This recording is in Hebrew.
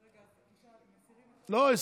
אז כולם מסירים?